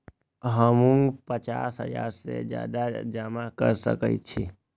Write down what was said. हमू पचास हजार से ज्यादा जमा कर सके छी?